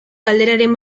galderaren